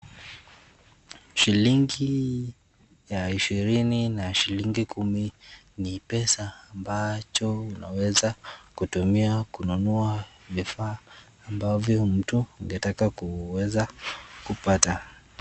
Shilingi ya ishirini na Shilingi kumi, ni pesa ambacho unaweza kununua vifaa ambavo mtu angeweza kupata.